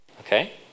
Okay